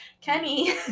Kenny